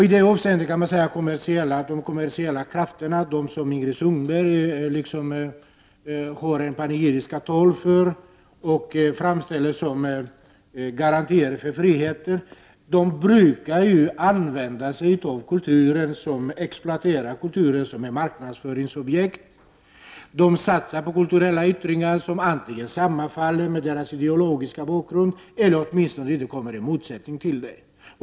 I detta sammanhang kan man säga att de kommersiella krafterna, de som Ingrid Sundberg höll ett patetiskt tal för och framställde som garanter för friheter, brukar exploatera kulturen som ett marknadsföringsobjekt. De satsar på kulturyttringar som alltid sammanfaller med deras ideologier eller åtminstone inte står i motsättning till den.